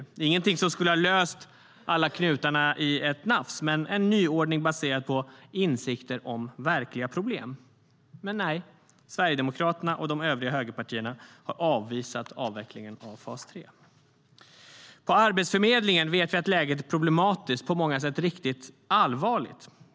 Det är ingenting som skulle ha löst alla knutar i ett nafs, men det hade varit en nyordning baserad på insikter om verkliga problem. Men nej, Sverigedemokraterna och de övriga högerpartierna har avvisat avvecklingen av fas 3.På Arbetsförmedlingen vet vi att läget är problematiskt, på många sätt riktigt allvarligt.